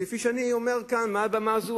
כפי שאני אומר כאן מעל במה זו,